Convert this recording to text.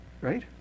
right